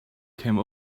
came